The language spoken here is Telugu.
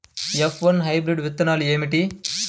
ఎఫ్ వన్ హైబ్రిడ్ విత్తనాలు ఏమిటి?